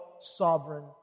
sovereign